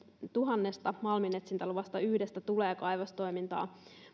tuhannesta malminetsintäluvasta vain yhdestä tulee kaivostoimintaa